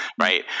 right